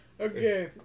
Okay